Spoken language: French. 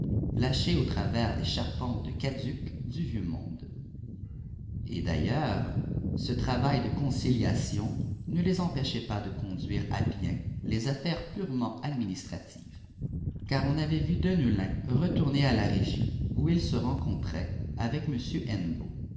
lâchée au travers des charpentes caduques du vieux monde et d'ailleurs ce travail de conciliation ne les empêchait pas de conduire à bien les affaires purement administratives car on avait vu deneulin retourner à la régie où il se rencontrait avec